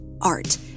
Art